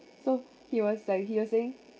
so he was like he was saying